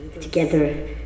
together